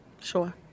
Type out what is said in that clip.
Sure